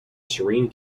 serene